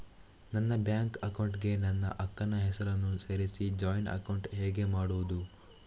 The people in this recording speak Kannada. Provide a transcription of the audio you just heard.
ನನ್ನ ಬ್ಯಾಂಕ್ ಅಕೌಂಟ್ ಗೆ ನನ್ನ ಅಕ್ಕ ನ ಹೆಸರನ್ನ ಸೇರಿಸಿ ಜಾಯಿನ್ ಅಕೌಂಟ್ ಹೇಗೆ ಮಾಡುದು?